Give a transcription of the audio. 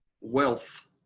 wealth